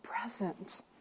present